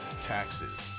taxes